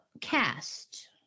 cast